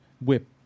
Whip